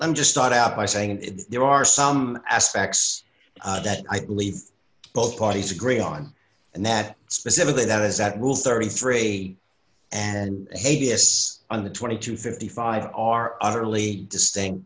i'm just start out by saying there are some aspects that i believe both parties agree on and that specifically that is that rule thirty three and atheists on the twenty to fifty five are utterly distinct